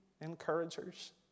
encouragers